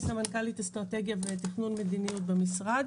אני סמנכ"לית אסטרטגיה ותכנון מדיניות במשרד.